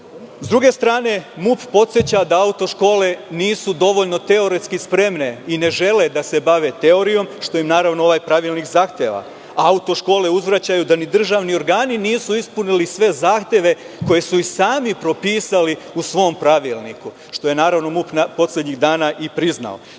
druge strane, MUP podseća da auto škole nisu dovoljno teoretski spremne i ne žele da se bave teorijom, što im naravno ovaj pravilnik zahteva. Auto škole uzvraćaju da ni državni organi nisu ispunili sve zahteve koje su i sami propisali u svom pravilniku, što je naravno MUP poslednjih dana i priznao. Takođe,